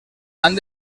han